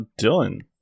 Dylan